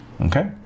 Okay